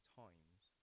times